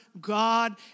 God